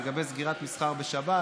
לגבי סגירת מסחר בשבת.